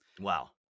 wow